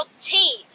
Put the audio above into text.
Team